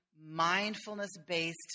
mindfulness-based